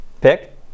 pick